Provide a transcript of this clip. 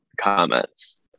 comments